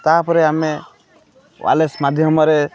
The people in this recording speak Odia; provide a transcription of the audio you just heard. ତାପରେ ଆମେ ୱାଲେସ୍ ମାଧ୍ୟମରେ